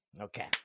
Okay